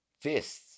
Fists